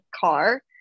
car